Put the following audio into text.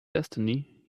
destiny